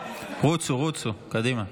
רוצו, רוצו, קדימה.